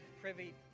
privy